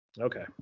Okay